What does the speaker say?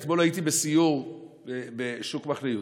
אתמול הייתי בסיור בשוק מחנה יהודה.